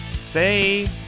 say